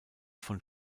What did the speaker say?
von